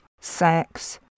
sex